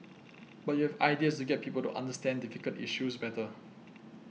but you have ideas to get people to understand difficult issues better